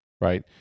right